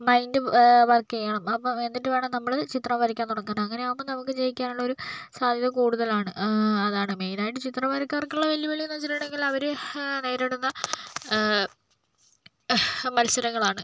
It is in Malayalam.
മൈൻഡ് വർക്ക് ചെയ്യണം അപ്പോൾ എന്നിട്ട് വേണം നമ്മള് ചിത്രം വരയ്ക്കാൻ തുടങ്ങാൻ അങ്ങനെയാകുമ്പോൾ നമുക്ക് ജയിക്കാനുള്ളൊരു സാധ്യത കൂടുതലാണ് അതാണ് മെയിനായിട്ട് ചിത്രം വരക്കാർക്കുള്ള വെല്ലുവിളി എന്ന് വെച്ചിട്ടുണ്ടെങ്കില് അവര് നേരിടുന്ന മത്സരങ്ങളാണ്